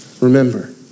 Remember